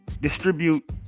distribute